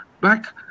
back